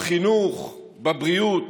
בחינוך, בבריאות,